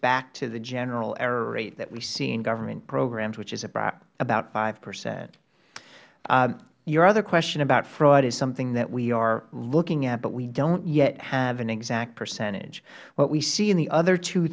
back to the general error rate that we see in government programs which is about five percent your other question about fraud is something that we are looking at but we don't yet have an exact percentage what we see in the other two